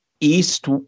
East